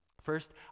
First